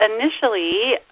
initially